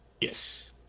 Yes